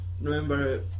remember